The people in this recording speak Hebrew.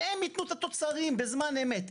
שהם ייתנו את התוצרים בזמן אמת.